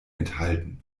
enthalten